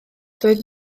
doedd